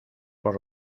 por